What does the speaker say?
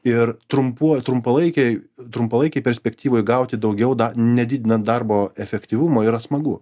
ir trumpuoju trumpalaikiai trumpalaikėj perspektyvoj gauti daugiau dar nedidinant darbo efektyvumo yra smagu